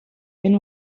این